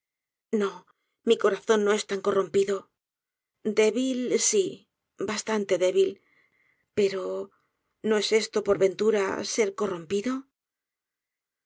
no mi corazón no es tan cor rompido débil sí bastante débil pero no es esto por ventura ser corrompido